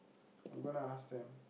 I'm going to ask them